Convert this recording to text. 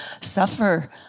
suffer